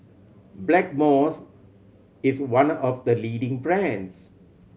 Blackmores is one of the leading brands